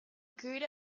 good